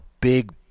big